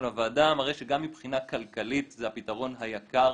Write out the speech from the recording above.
לוועדה מראה שגם מבחינה כלכלית זה הפתרון היקר